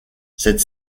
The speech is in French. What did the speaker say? cette